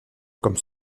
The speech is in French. comme